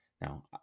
now